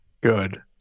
Good